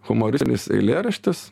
humoristinis eilėraštis